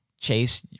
Chase